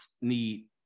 need